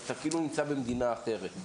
אתה כאילו נמצא במדינה אחרת,